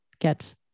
get